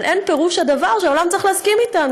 אבל אין פירוש הדבר שהעולם צריך להסכים אתנו.